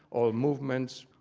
all movements,